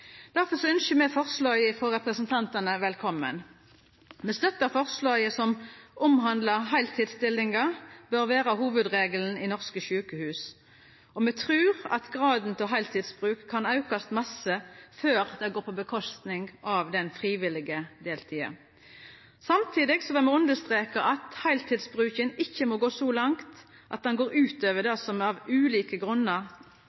Derfor ynskjer me forslaget frå representantane velkome. Me støttar forslaget som handlar om at heiltidsstillingar bør vera hovudregelen i norske sjukehus, og me trur at graden av heiltidsbruk kan aukast mykje før det går ut over den frivillige deltida. Samtidig vil me understreka at heiltidsbruken ikkje må gå så langt at han går ut over